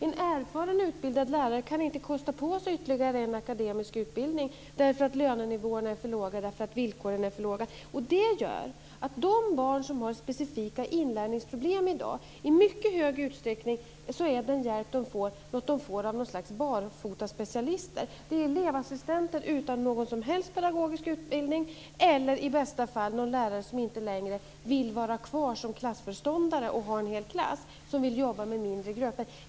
En erfaren utbildad lärare kan inte kosta på sig ytterligare en akademisk utbildning. Lönenivåerna är för låga, villkoren är för dåliga. Det gör att de barn som har specifika inlärningsproblem i dag i stor utsträckning får den hjälp de får från något slags barfotaspecialister. Det är elevassistenter utan någon som helst pedagogisk utbildning eller i bästa fall någon lärare som inte längre vill vara kvar som klassföreståndare och ha en hel klass utan som vill jobba med mindre grupper.